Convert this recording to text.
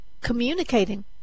communicating